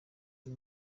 uyu